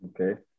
Okay